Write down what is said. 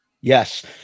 Yes